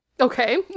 Okay